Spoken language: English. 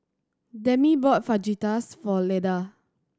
Demi bought Fajitas for Leda